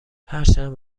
هرچند